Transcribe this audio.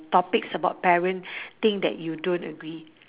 topics about parenting that you don't agree